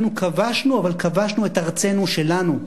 אנחנו כבשנו, אבל כבשנו את ארצנו שלנו.